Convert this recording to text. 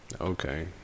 Okay